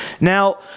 Now